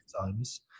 times